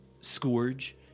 Scourge